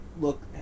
look